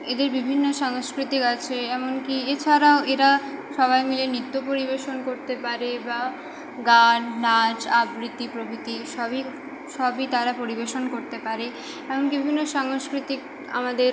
এদের বিভিন্ন সাংস্কৃতিক আছে এমন কি এছাড়াও এরা সবাই মিলে নৃত্য পরিবেশন করতে পারে বা গান নাচ আবৃতি প্রভৃতি সবই সবই তারা পরিবেশন করতে পারে এমন কি বিভিন্ন সাংস্কৃতিক আমাদের